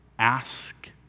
Ask